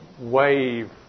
wave